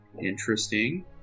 Interesting